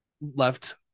left